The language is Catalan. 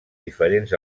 diferents